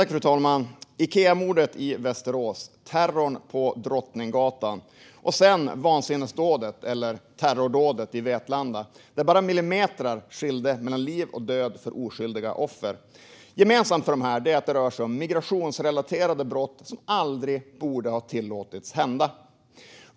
Fru talman! Ikeamordet i Västerås, terrorn på Drottninggatan och sedan vansinnesdådet, eller terrordådet, i Vetlanda där bara millimeter skilde mellan liv och död för oskyldiga offer - gemensamt för dessa är att det rör sig om migrationsrelaterade brott som aldrig borde ha tillåtits ske.